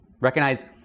Recognize